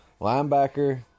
Linebacker